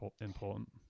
important